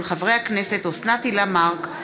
של חברי הכנסת אוסנת הילה מארק,